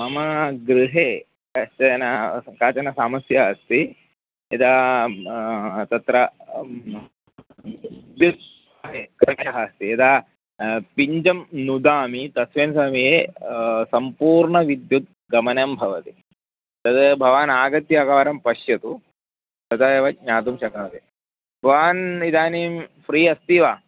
मम गृहे कश्चन काचन समस्या अस्ति यदा तत्र विद्युत् कृषः अस्ति यदा पिञ्जं नुदामि तस्मिन् समये सम्पूर्णविद्युत् गमनं भवति तद् भवान् आगत्य एकवारं पश्यतु तदा एव ज्ञातुं शक्नोति भवान् इदानीं फ्री अस्ति वा